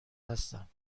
هستم